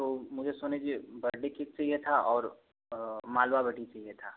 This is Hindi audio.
तो मुझे सोनी जी बर्डे केक चाहिए था और मालवा बटी चाहिए था